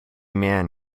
man